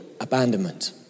abandonment